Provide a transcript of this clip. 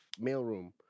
mailroom